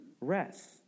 rest